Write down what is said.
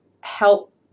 help